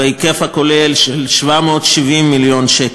בהיקף כולל של 770 מיליון שקל,